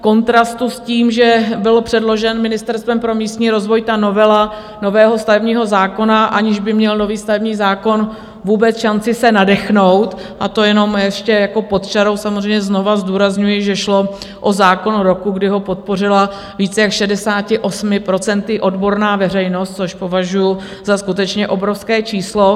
kontrastu s tím, že byl předložen Ministerstvem pro místní rozvoj, ta novela nového stavebního zákona, aniž by měl nový stavební zákon vůbec šanci se nadechnout, a to jenom ještě jako pod čarou samozřejmě znovu zdůrazňuji, že šlo o zákon roku, kdy ho podpořila z více jak 68 % odborná veřejnost, což považuju za skutečně obrovské číslo.